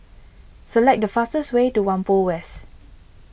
select the fastest way to Whampoa West